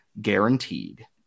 guaranteed